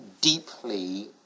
deeply